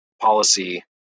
policy